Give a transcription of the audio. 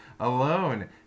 alone